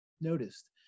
noticed